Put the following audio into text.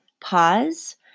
pause